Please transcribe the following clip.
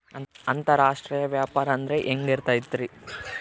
ಅಂತರಾಷ್ಟ್ರೇಯ ವ್ಯಾಪಾರ ಅಂದ್ರೆ ಹೆಂಗಿರ್ತೈತಿ?